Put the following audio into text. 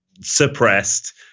suppressed